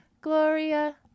gloria